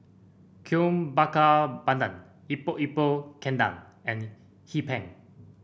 Kuih Bakar Pandan Epok Epok Kentang and Hee Pan